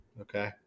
Okay